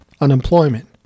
unemployment